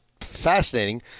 fascinating